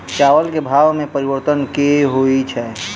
चावल केँ भाव मे परिवर्तन केल होइ छै?